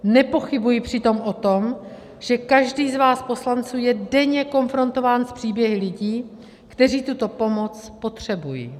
Nepochybuji přitom o tom, že každý z vás poslanců je denně konfrontován s příběhy lidí, kteří tuto pomoc potřebují.